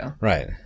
Right